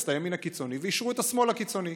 את הימין הקיצוני ואישרו את השמאל הקיצוני.